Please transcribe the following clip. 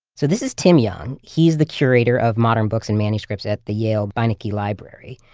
so this is tim young, he's the curator of modern books and manuscripts at the yale beinecke yeah library,